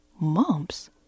Mumps